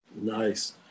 Nice